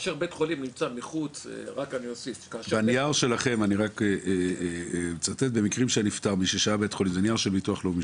כאשר בית חולים --- בנייר העמדה של הביטוח הלאומי